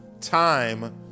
time